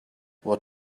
what